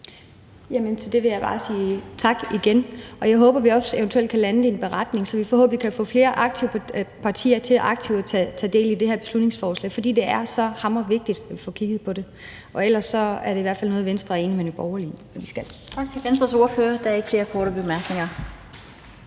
Jamen til det vil jeg bare sige: tak igen. Jeg håber, at vi også eventuelt kan lande en beretning, så vi forhåbentlig kan få flere partier til at tage aktivt del i det her beslutningsforslag, fordi det er så hamrende vigtigt, at vi får kigget på det. Og ellers er det i hvert fald noget, Venstre er enige med de borgerlige om at vi skal. Kl. 15:02 Den fg. formand (Annette Lind): Tak til Venstres ordfører. Der er ikke flere korte bemærkninger.